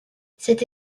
cette